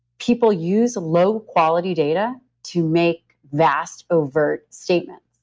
people use low quality data to make vast, overt statement.